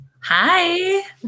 Hi